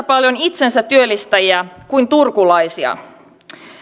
paljon itsensätyöllistäjiä kuin turkulaisia